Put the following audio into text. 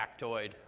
factoid